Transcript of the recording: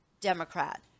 Democrat